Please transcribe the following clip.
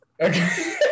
okay